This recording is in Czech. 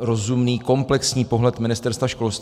rozumný komplexní pohled Ministerstva školství.